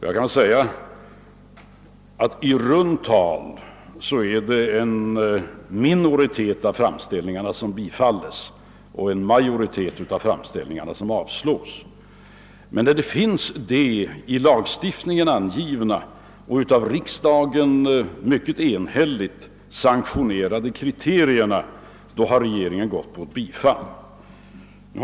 Jag kan säga rent generellt att en minoritet av framställningarna bifalles och en majoritet avslås, men finns de i lagstiftningen angivna och av riksdagen mycket enhälligt sanktionerade kriterierna har regeringen bifallit en framställning.